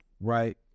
right